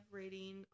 rating